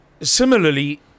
similarly